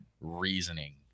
reasoning